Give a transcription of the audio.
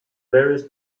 varies